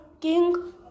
king